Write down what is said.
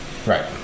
Right